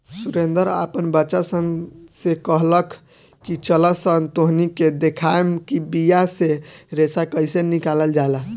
सुरेंद्र आपन बच्चा सन से कहलख की चलऽसन तोहनी के देखाएम कि बिया से रेशा कइसे निकलाल जाला